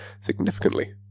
significantly